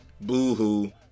boo-hoo